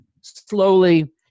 slowly